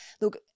Look